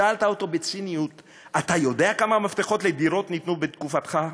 שאלת אותו בציניות: אתה יודע כמה מפתחות לדירות נתנו בתקופתך?